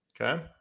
Okay